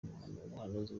ubuhanuzi